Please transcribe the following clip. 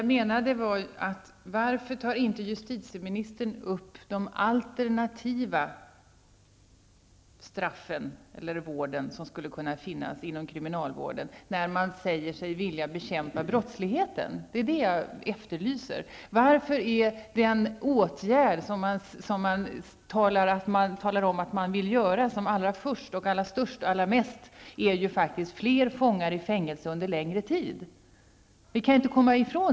Herr talman! Varför tar justitieministern inte upp de alternativa straffen eller vården, som skulle kunna finnas inom kriminalvården, när man säger sig vilja bekämpa brottsligheten? Det är det jag efterlyser. Varför är den åtgärd som man vill vidta först, som anses vara allra bäst, den att sätta fler fångar i fängelse under längre tid?